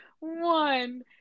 one